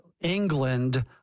England